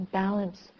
balance